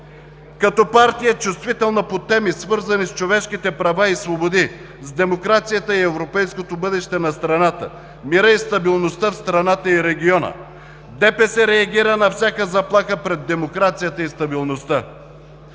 Като партия, чувствителна по теми, свързани с човешките права и свободи, с демокрацията и европейското бъдеще на страната, мирът и стабилността в страната и региона, ДПС реагира на всяка заплаха пред демокрацията и стабилността.